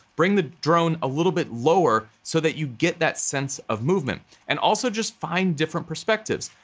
bring the drone a little bit lower so that you get that sense of movement. and also just find different perspectives.